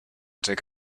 take